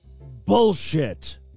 Bullshit